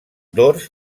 dors